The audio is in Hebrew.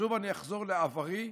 שוב אני אחזור לעברי.